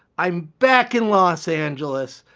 i'm back in los angeles.